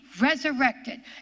resurrected